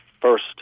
first